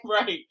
right